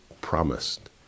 promised